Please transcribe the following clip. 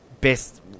best